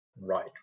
right